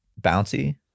Bouncy